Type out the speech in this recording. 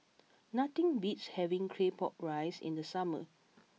nothing beats having Claypot Rice in the summer